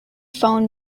phone